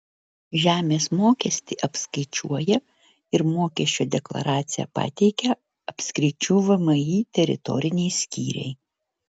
žemės mokestį apskaičiuoja ir mokesčio deklaraciją pateikia apskričių vmi teritoriniai skyriai